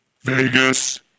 Vegas